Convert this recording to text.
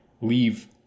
leave